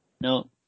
no